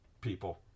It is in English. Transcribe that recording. people